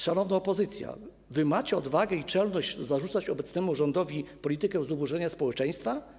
Szanowna opozycjo, wy macie odwagę i czelność zarzucać obecnemu rządowi politykę zubożenia społeczeństwa?